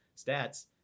stats